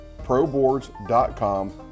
ProBoards.com